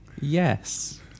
Yes